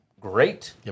great